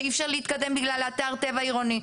שאי אפשר להתקדם בגלל אתר טבע עירוני.